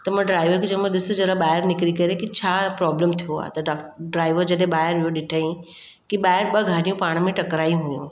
त मां ड्राइवर खे चयो मां ॾिसु ज़रा ॿाहिरि निकिरी करे की छा प्रॉब्लम थियो आहे त ड्राइवर जॾहिं ॿाहिरि ॾिठईं की ॿाहिरि ॿ गाॾियूं पाण में टकराई हुयूं